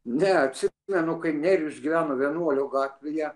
ne atsimenu kaip nerijus gyveno vienuolio gatvėje